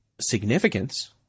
significance